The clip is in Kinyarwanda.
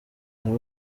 ari